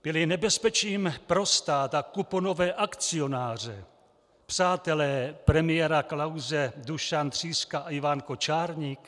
Byli nebezpečím pro stát a kuponové akcionáře přátelé premiéra Klause Dušan Tříska a Ivan Kočárník?